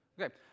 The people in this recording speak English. Okay